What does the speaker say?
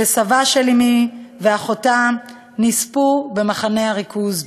כי סבה של אמי ואחותה נספו במחנה הריכוז ג'אדו,